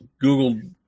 google